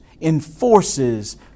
enforces